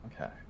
Okay